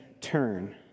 turn